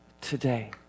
today